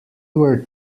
were